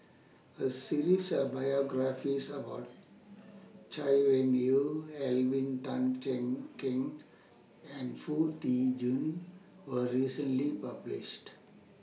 A series of biographies about Chay Weng Yew Alvin Tan Cheong Kheng and Foo Tee Jun was recently published